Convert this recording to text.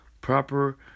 proper